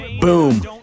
boom